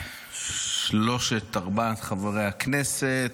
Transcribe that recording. שלושת-ארבעת חברי הכנסת,